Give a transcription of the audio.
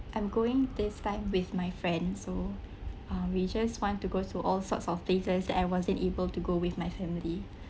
I'm going this time with my friend so uh we just want to go through all sorts of places I wasn't able to go with my family